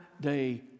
day